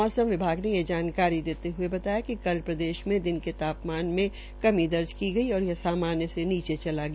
मौसम विभाग ने यह जानकारी देते हये बताया कि कल प्रदेश में दिन के तापमान में कमी दर्ज की गई और यह सामानय से नीचे चला गया